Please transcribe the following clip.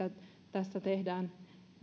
tässä tehdään